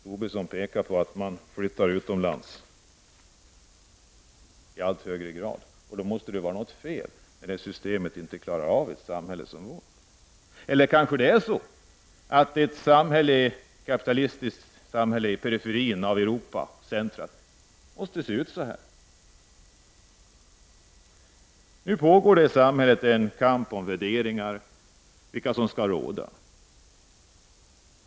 Tobisson pekade på att företagen flyttar utomlands i allt högre grad. Det måste vara något fel när systemet i vårt samhälle inte fungerar. Eller kanske måste ett kapitalistiskt samhälle i periferin av Europa se ut så här. Det pågår i samhället en kamp om vilka värderingar som skall råda.